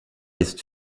ist